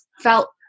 felt